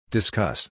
Discuss